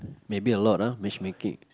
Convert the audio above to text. maybe a lot ah matchmaking